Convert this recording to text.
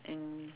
and